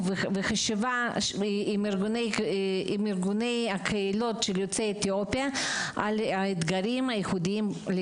עם ארגוני הקהילות של יוצאי אתיופיה על האתגרים הייחודיים.